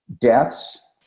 deaths